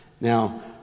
Now